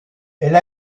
elle